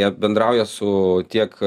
jie bendrauja su tiek